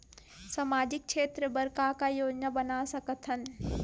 सामाजिक क्षेत्र बर का का योजना बना सकत हन?